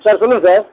sir சொல்லுங்கள் sir